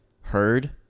heard